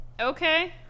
Okay